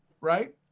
right